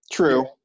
true